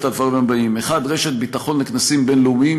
הדברים הבאים: 1. רשת ביטחון לכנסים בין-לאומיים,